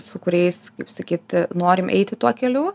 su kuriais kaip sakyt norim eiti tuo keliu